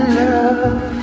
love